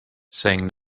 saying